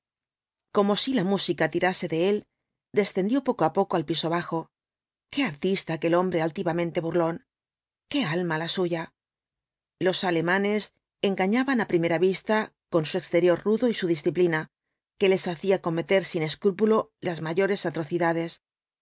como si la música tirase de él descendió poco á poco al piso bajo qué artista aquel hombre altivamente burlón qué alma la suya los alemanes engañaban á primera vista con su exterior rudo y su disciplina que les hacía cometer sin escrúpulo las mayores atrocidades